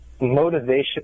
motivation